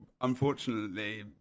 unfortunately